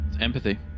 Empathy